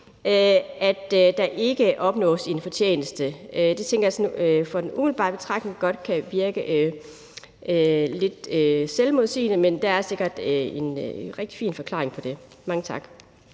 at der ikke opnås en fortjeneste. Det tænker jeg ud fra en umiddelbar betragtning godt kan virke lidt selvmodsigende, men der er sikkert en rigtig fin forklaring på det. Mange tak.